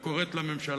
הכנסת קוראת לממשלה